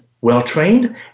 well-trained